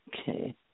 Okay